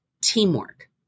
teamwork